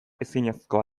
ezinezkoa